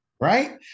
Right